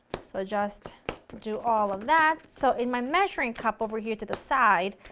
so just do all of that. so in my measuring cup over here to the side,